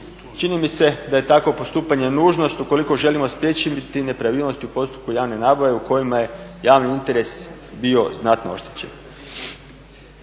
Čini mi se da je takvo postupanje nužnost ukoliko želimo spriječiti nepravilnosti u postupku javne nabave u kojima je javni interes bio znatno oštećen.